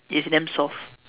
is damn soft